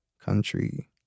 country